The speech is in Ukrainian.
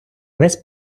весь